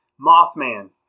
Mothman